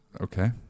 Okay